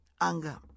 anger